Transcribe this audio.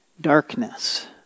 darkness